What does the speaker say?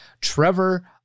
Trevor